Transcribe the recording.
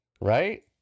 Right